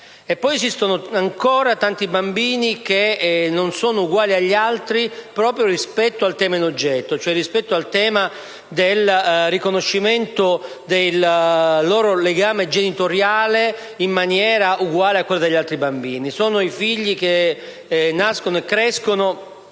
poi esistono ancora tanti bambini che non sono uguali agli altri proprio rispetto al tema in questione, cioè quello del riconoscimento del legame genitoriale in maniera uguale a quello degli altri bambini. Sono i figli che nascono e crescono